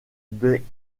des